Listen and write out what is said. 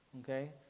Okay